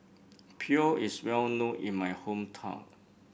pho is well known in my hometown